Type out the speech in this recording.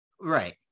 Right